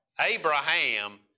Abraham